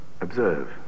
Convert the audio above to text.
observe